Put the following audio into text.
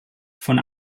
von